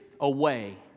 away